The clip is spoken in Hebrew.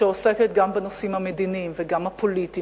שעוסקת גם בנושאים המדיניים וגם הפוליטיים